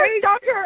Doctor